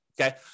okay